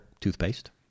Toothpaste